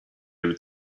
would